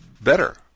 better